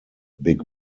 big